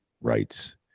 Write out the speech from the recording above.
rights